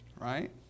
right